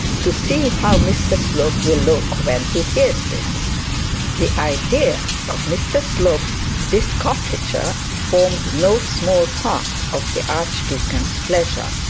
to see how mr slope will look when he hears it the idea of mr slope's discomfiture formed no small part of the archdeacon's pleasure.